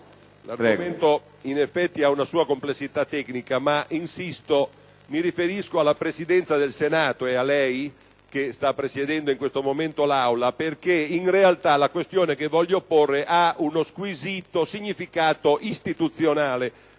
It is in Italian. la questione ha una sua complessità tecnica, ma, insisto, mi riferisco alla Presidenza del Senato e a lei, che sta presiedendo in questo momento l'Aula, perché, in realtà, la questione che voglio porre ha uno squisito significato istituzionale.